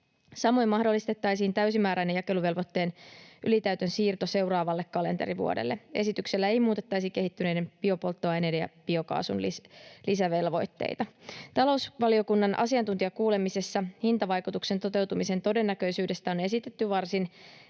Samoin mahdollistettaisiin täysimääräinen jakeluvelvoitteen ylitäytön siirto seuraavalle kalenterivuodelle. Esityksellä ei muutettaisi kehittyneiden biopolttoaineiden ja biokaasun lisävelvoitteita. Talousvaliokunnan asiantuntijakuulemisessa hintavaikutuksen toteutumisen todennäköisyydestä on esitetty varsin